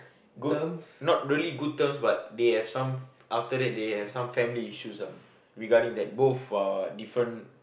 good not really good terms but they have some after that they have some family issues lah regarding that both are different